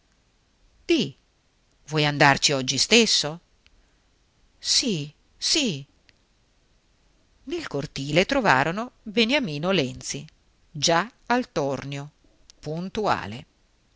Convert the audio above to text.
vuoi andarci oggi stesso sì sì nel cortile trovarono beniamino lenzi già al tornio puntuale